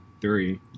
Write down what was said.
three